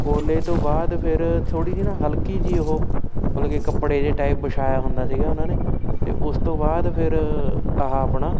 ਕੋਲੇ ਤੋਂ ਬਾਅਦ ਫਿਰ ਥੋੜ੍ਹੀ ਜਿਹੀ ਨਾ ਹਲਕੀ ਜਿਹੀ ਉਹ ਮਤਲਬ ਕਿ ਕੱਪੜੇ ਜੇ ਟਾਈਪ ਵਛਾਇਆ ਹੁੰਦਾ ਸੀਗਾ ਉਹਨਾਂ ਨੇ ਅਤੇ ਉਸ ਤੋਂ ਬਾਅਦ ਫਿਰ ਆਹ ਆਪਣਾ